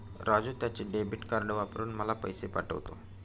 राजू त्याचे debit card वापरून मला पैसे पाठवतो